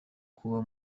kuba